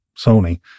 Sony